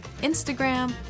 Instagram